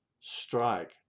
strike